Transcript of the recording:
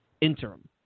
interim